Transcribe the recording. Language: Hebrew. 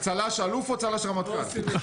צל"ש אלוף, או צל"ש רמטכ"ל?